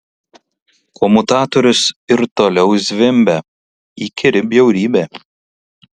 komutatorius ir toliau zvimbia įkyri bjaurybė